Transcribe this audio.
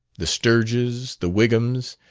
the sturges, the wighams,